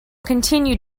continued